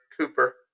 Cooper